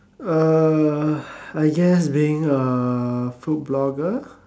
uh I guess being a food blogger